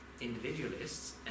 individualists